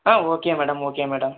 ah okay madam okay madam